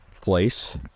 place